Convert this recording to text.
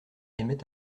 émet